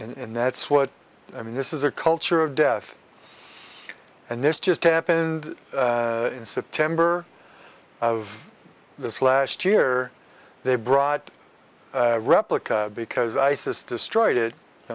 and that's what i mean this is a culture of death and this just happened in september of this last year they brought a replica because isis destroyed